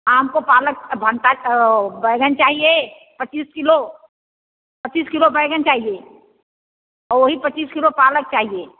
हाँ हमको पालक भंता बैंगन चाहिए पच्चीस किलो पच्चीस किलो बैंगन चाहिए और वही पच्चीस किलो पालक चाहिए